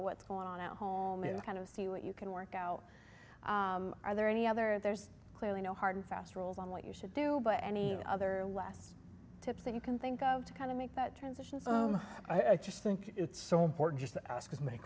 what's going on at home and kind of see what you can work out are there any other there's clearly no hard and fast rules on what you should do but any other last tips that you can think of to kind of make that transition i just think it's so important just to ask many